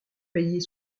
payer